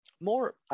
more